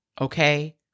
okay